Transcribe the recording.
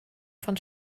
von